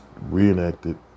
reenacted